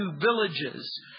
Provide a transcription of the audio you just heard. villages